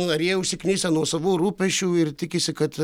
ar jie užsiknisę nuo savų rūpesčių ir tikisi kad